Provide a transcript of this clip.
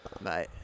mate